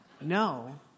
No